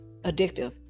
addictive